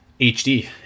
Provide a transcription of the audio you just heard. HD